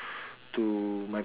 to my